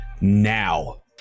now